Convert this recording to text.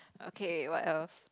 okay what else